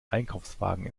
einkaufswagen